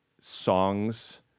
songs